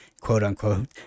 quote-unquote